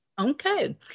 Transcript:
Okay